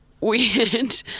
weird